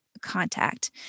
contact